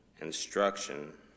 instruction